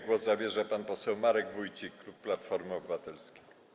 Głos zabierze pan poseł Marek Wójcik, klub Platformy Obywatelskiej.